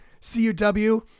CUW